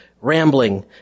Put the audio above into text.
rambling